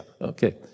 Okay